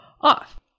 off